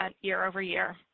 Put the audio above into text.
year-over-year